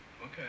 Okay